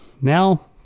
now